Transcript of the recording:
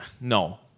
no